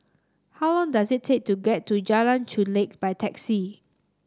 how long does it take to get to Jalan Chulek by taxi